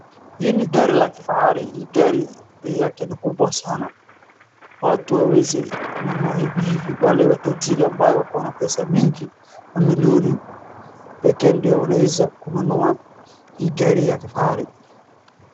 Hii ni gari la kifahari. Hii gari bei yake ni kubwa sana. Watu hawawezi nunua hivi hivi. Wale watajiri ambaye wako na pesa mingi mamilioni pekee ndiyo wanaweza kununua hii gari ya kifahari.